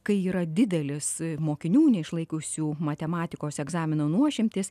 kai yra didelis mokinių neišlaikiusių matematikos egzamino nuošimtis